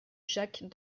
jacques